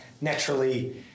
naturally